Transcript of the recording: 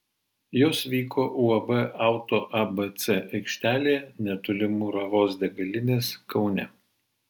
jos vyko uab auto abc aikštelėje netoli muravos degalinės kaune